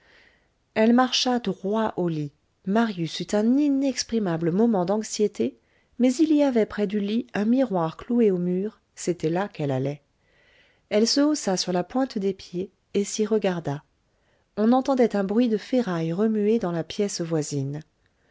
elle marcha droit au lit marius eut un inexprimable moment d'anxiété mais il y avait près du lit un miroir cloué au mur c'était là qu'elle allait elle se haussa sur la pointe des pieds et s'y regarda on entendait un bruit de ferrailles remuées dans la pièce voisine